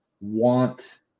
want